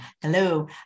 Hello